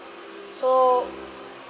so